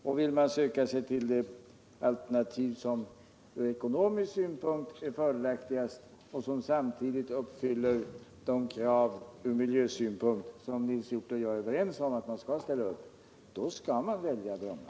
Om man vill söka sig till alternativ som är fördelaktiga ur ekonomisk synpunkt och som samtidigt uppfyller de krav från miljösynpunkt som Nils Hjorth och jag är överens om att man skall ställa upp, så skall man välja Bromma.